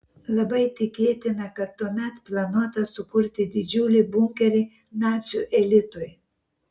labai tikėtina kad tuomet planuota sukurti didžiulį bunkerį nacių elitui